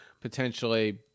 potentially